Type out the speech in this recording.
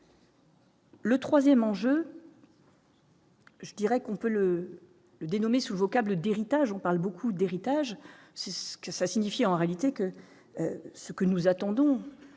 Le 3ème enjeu. Je dirais qu'on peut le le dénommé sous vocable d'héritage, on parle beaucoup d'héritage ce que ça signifie en réalité que ce que nous attendons,